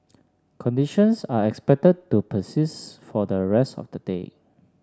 conditions are expected to persist for the rest of the day